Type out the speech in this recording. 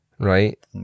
right